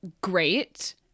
great